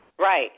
Right